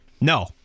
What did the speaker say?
No